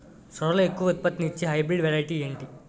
సోరలో ఎక్కువ ఉత్పత్తిని ఇచే హైబ్రిడ్ వెరైటీ ఏంటి?